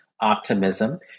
Optimism